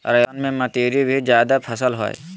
राजस्थान में मतीरी भी जायद फसल हइ